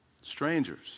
strangers